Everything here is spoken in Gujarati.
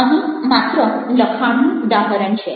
અહીં માત્ર લખાણનું ઉદાહરણ છે